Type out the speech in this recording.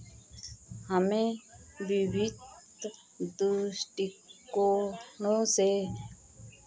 हमें दृष्टिकोणों से